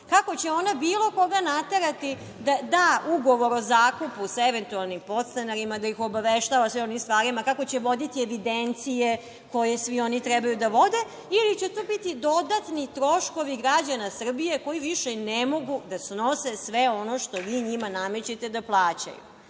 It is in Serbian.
Kako će ona bilo koga naterati da da ugovor o zakupu sa eventualnim podstanarima, da ih obaveštava o svim onim stvarima, kako će voditi evidencije koje svi oni treba da vode, ili će to biti dodatni troškovi građana Srbije, koji više ne mogu da snose sve ono što vi njima namećete da plaćaju? Zato